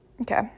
Okay